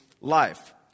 life